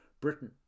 Britain